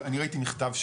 אני ראיתי מכתב,